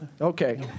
Okay